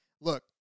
look